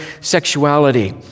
sexuality